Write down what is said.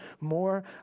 more